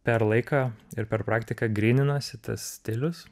per laiką ir per praktiką gryninosi tas stilius